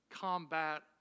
combat